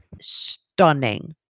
stunning